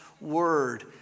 word